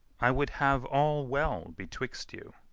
i would have all well betwixt you.